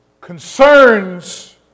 concerns